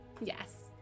yes